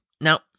Now